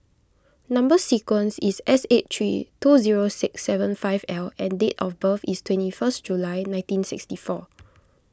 Number Sequence is S eight three two zero six seven five L and date of birth is twenty first July nineteen sixty four